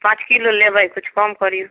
पाँच किलो लेबै किछु कम करिऔ